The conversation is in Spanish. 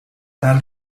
tal